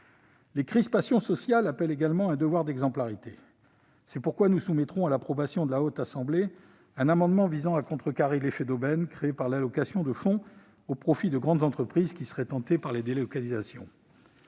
Les crispations sociales appellent également un devoir d'exemplarité. C'est pourquoi nous soumettrons à l'approbation de la Haute Assemblée un amendement visant à contrecarrer l'effet d'aubaine créé par l'allocation de fonds au profit de grandes entreprises qui seraient tentées par les délocalisations.